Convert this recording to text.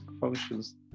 functions